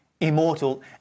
immortal